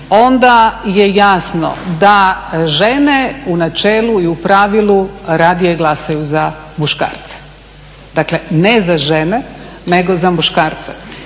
onda je jasno da žene u načelu i u pravilu radije glasaju za muškarce. Dakle, ne za žene nego za muškarce.